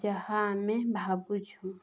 ଯାହା ଆମେ ଭାବୁଛୁ